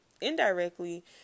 indirectly